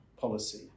policy